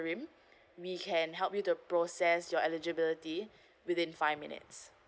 we can help you to process your eligibility within five minutes